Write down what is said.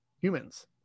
Humans